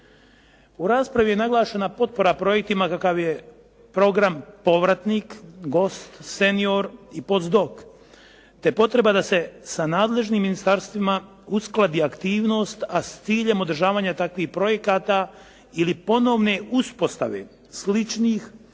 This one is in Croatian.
U raspravi je naglašena potpora projektima kakav je program “Povratnik, gost, senior i post doc“ te potreba da se sa nadležnim ministarstvima uskladi aktivnost a s ciljem održavanja takvih projekata ili ponovne uspostave sličnih